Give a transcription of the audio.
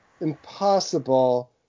impossible